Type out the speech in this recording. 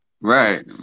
Right